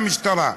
המשטרה.